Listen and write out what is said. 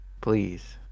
Please